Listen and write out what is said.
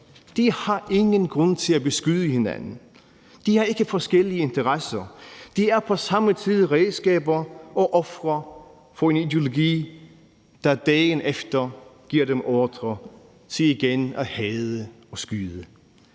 De har ingen grund til at beskyde hinanden, de har ingen forskellige interesser, de er på samme tid redskaber og ofre for en ideologi, der dagen efter giver dem ordre til igen at hade og skyde